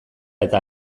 eta